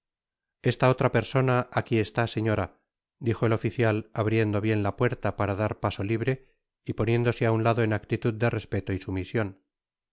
esta otra persona aqui está señora dijo el oficial abriendo bien la puerta para dar paso libre y poniéndose á un lado en actitud de respeto y sumision